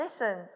listen